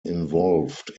involved